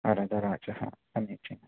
वरदराजः समीचीनम्